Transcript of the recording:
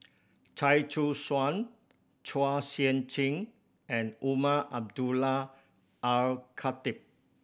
Chia Choo Suan Chua Sian Chin and Umar Abdullah Al Khatib